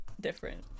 different